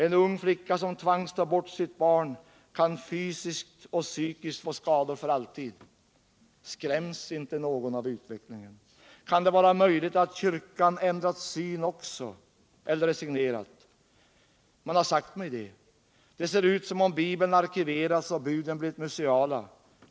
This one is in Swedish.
En ung flicka som tvingas att ta bort sitt barn kan fysiskt och psykiskt få skador för alltid. Skräms inte någon av utvecklingen? Kan det vara möjligt att också kyrkan ändrat synsätt eller resignerat? Man har sagt mig det. Det ser ut som om Bibeln hade arkiverats och buden blivit museala.